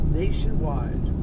nationwide